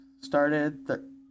started